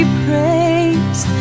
praise